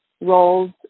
roles